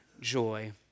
joy